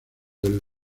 del